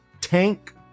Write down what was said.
tank